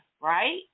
right